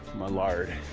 my lard.